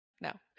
no